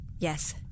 Yes